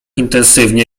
intensywnie